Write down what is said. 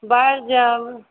बाढ़ि जे आबै